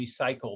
recycled